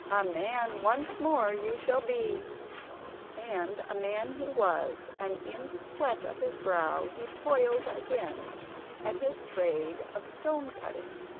a man once more you shall be and a man he was, and in the sweat of his brow he toiled again at his trade of stone-cutting.